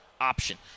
option